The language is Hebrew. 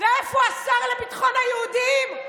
ואיפה השר לביטחון היהודים?